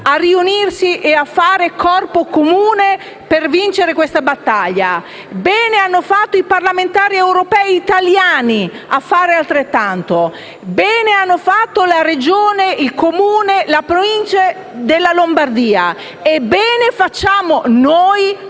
a riunirsi e a fare corpo comune per vincere questa battaglia; bene hanno fatto i parlamentari europei italiani a fare altrettanto. Bene hanno fatto la Regione, il Comune e la Provincia della Lombardia e bene facciamo noi a